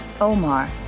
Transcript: Omar